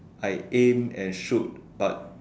I aim and shot but